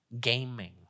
Gaming